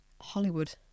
hollywood